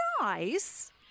Nice